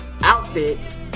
outfit